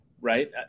Right